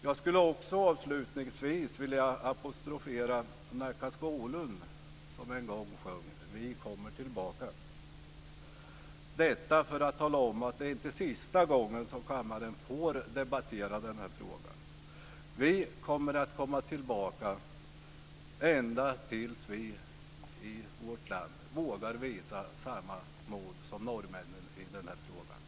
Jag skulle avslutningsvis också vilja apostrofera Nacka Skoglund som en gång sjöng: Vi kommer tillbaka - detta för att tala om att det är inte sista gången som kammaren får debattera den här frågan. Vi kommer att komma tillbaka ända tills vi i vårt land vågar visa samma mod som norrmännen i den här frågan.